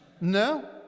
No